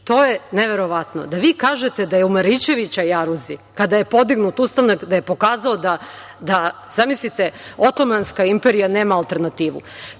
to je neverovatno. Da vi kažete da je u Marićevića jaruzi, kada je podignut ustanak, da je pokazao da, zamislite, Otomanska imperija nema alternativu.